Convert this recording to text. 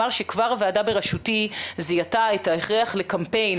שכבר הוועדה בראשותי זיהתה את ההכרח לקמפיין,